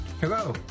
Hello